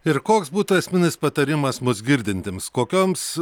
ir koks būtų esminis patarimas mus girdintiems kokioms